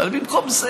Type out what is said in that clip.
במקום זה